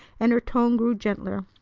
and her tone grew gentler.